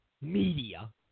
media